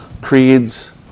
creeds